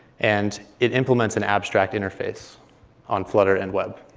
and it implements an abstract interface on flutter and web.